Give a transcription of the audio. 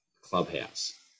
clubhouse